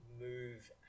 move